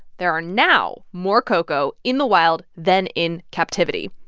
there are now more ko'ko' in the wild than in captivity.